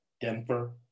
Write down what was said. Denver